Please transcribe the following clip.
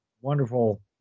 wonderful